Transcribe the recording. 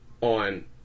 on